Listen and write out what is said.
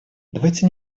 давайте